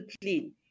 clean